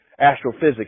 astrophysics